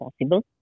possible